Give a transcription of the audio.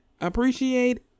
appreciate